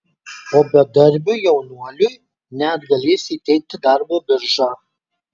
o bedarbiui jaunuoliui net galės įteikti darbo birža